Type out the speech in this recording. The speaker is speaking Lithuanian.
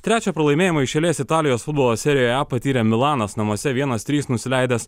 trečią pralaimėjimą iš eilės italijos futbolo serijoj a patyrė milanas namuose vienas trys nusileidęs